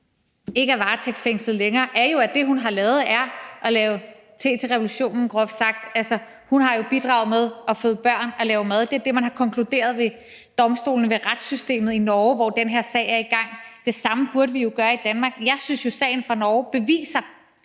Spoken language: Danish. er varetægtsfængslet, er jo, at det, hun har lavet, groft sagt er at lave te til revolutionen. Hun har bidraget med at føde børn og lave mad. Så det er det, man har konkluderet ved domstolen, altså i retssystemet, i Norge, hvor den her sag er i gang. Det samme burde vi gøre i Danmark. Jeg synes jo, at sagen fra Norge beviser,